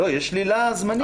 יש שלילה זמנית.